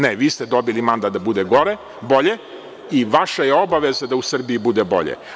Ne, vi ste dobili mandat da bude bolje i vaša je obaveza da u Srbiji bude bolje.